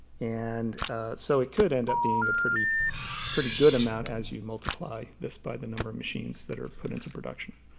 and so it could end up being a pretty pretty good amount as you multiply this by the number of machines that are put into production.